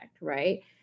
right